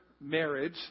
marriage